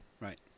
Right